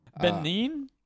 Benin